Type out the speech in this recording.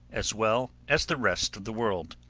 as well as the rest of the world.